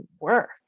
work